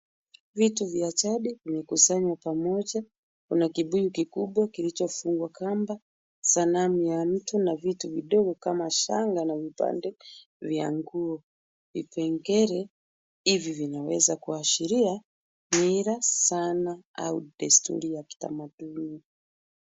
Vitu vya jadi vimekusanywa pamoja, kuna kibuyu kikubwa kilichofungwa kamba, sanamu ya mtu na vitu vidogo kama shanga na vipande vya nguo. Vipengele hivi vinaweza kuashiria mila sana au desturi ya kitamaduni.